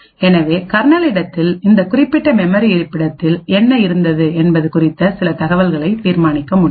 எனவே கர்னல் இடத்தில் இந்த குறிப்பிட்ட மெமரி இருப்பிடத்தில் என்ன இருந்தது என்பது குறித்த சில தகவல்களை தீர்மானிக்க முடியும்